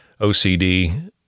OCD